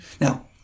Now